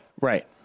Right